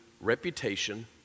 reputation